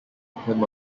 him